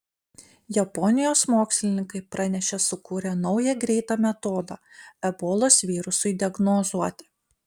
japonijos mokslininkai pranešė sukūrę naują greitą metodą ebolos virusui diagnozuoti